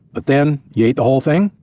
but then you ate the whole thing?